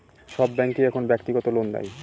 সব ব্যাঙ্কই এখন ব্যক্তিগত লোন দেয়